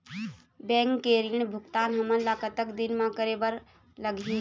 Bank के ऋण भुगतान हमन ला कतक दिन म करे बर लगही?